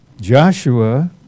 Joshua